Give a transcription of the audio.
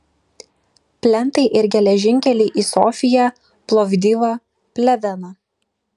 plentai ir geležinkeliai į sofiją plovdivą pleveną